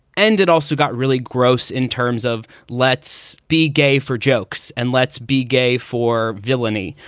and it also got really gross in terms of let's be gay for jokes and let's be gay for villainy,